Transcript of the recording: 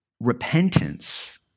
Repentance